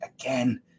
again